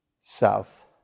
south